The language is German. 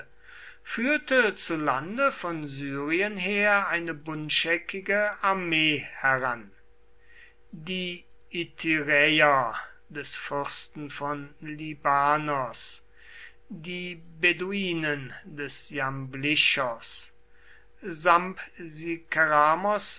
führte zu lande von syrien her eine buntscheckige armee heran die ityräer des fürsten von libanos die beduinen des jamblichos